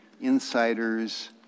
insiders